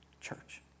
church